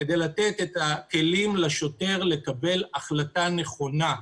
כדי לתת את הכלים לשוטר לקבל החלטה נכונה.